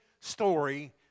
story